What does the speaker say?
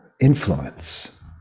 influence